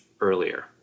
earlier